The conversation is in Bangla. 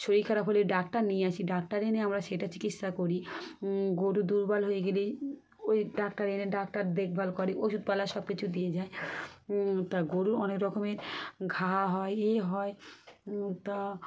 শরীর খারাপ হলে ডাক্তার নিয়ে আসি ডাক্তার এনে আমরা সেটা চিকিৎসা করি গরু দুর্বল হয়ে গেলেই ওই ডাক্তার এনে ডাক্তার দেখভাল কর ওষুধপালা সব কিছু দিয়ে যায় তা গরুর অনেক রকমের ঘা হয় এ হয় তা